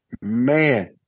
man